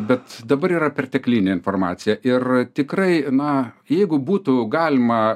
bet dabar yra perteklinė informacija ir tikrai na jeigu būtų galima